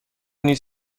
نیز